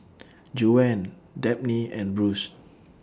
Juwan Dabney and Bruce